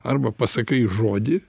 arba pasakai žodį